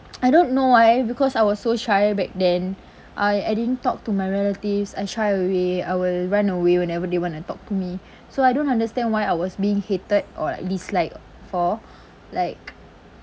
I don't know why because I was so shy back then I I didn't talk to my relatives I shy away I will run away whenever they want to talk to me so I don't understand why I was being hated or like dislike for like